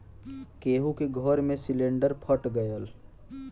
केहु के घर मे सिलिन्डर फट गयल